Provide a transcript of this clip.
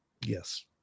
Yes